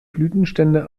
blütenstände